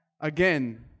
again